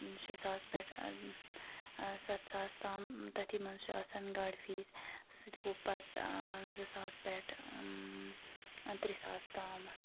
شےٚ ساس پٮ۪ٹھ سَتھ ساس تام تٔتھی منٛز چھُ آسان گاڑِ فیٖس سُہ تہِ گوٚو پَتہٕ زٕ ساس پٮ۪ٹھ ترٛےٚ ساس تامَتھ